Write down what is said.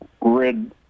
red